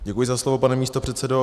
Děkuji za slovo, pane místopředsedo.